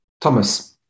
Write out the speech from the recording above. Thomas